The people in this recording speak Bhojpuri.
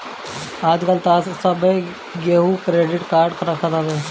आजकल तअ सभे केहू क्रेडिट कार्ड रखत हवे